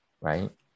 Right